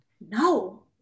No